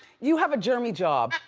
you have a germy job.